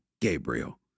Gabriel